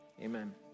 Amen